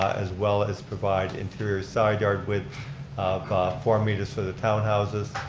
as well as provide interior side-yard width of four meters for the townhouses,